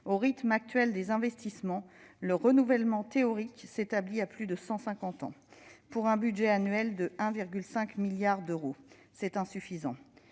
Au rythme actuel des investissements, le renouvellement théorique s'établit à plus de cent cinquante ans, pour un budget annuel de 1,5 milliard d'euros. C'est insuffisant